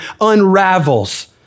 unravels